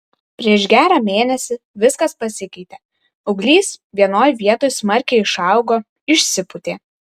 prieš gerą mėnesį viskas pasikeitė auglys vienoj vietoj smarkiai išaugo išsipūtė